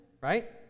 right